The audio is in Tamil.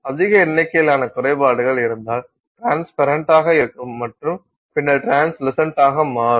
அதிக எண்ணிக்கையிலான குறைபாடுகள் இருந்தால் ட்ரான்ஸ்பரன்டானதாக இருக்கும் மற்றும் பின்னர் ட்ரான்ஸ்லுசன்டாக மாறும்